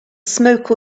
smoke